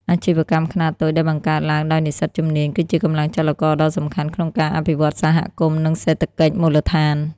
អាជីវកម្មខ្នាតតូចដែលបង្កើតឡើងដោយនិស្សិតជំនាញ គឺជាកម្លាំងចលករដ៏សំខាន់ក្នុងការអភិវឌ្ឍសហគមន៍ និងសេដ្ឋកិច្ចមូលដ្ឋាន។